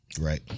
Right